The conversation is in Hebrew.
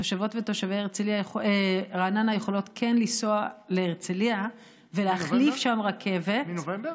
תושבות ותושבי רעננה יכולות כן לנסוע להרצליה ולהחליף שם רכבת.